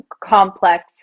complex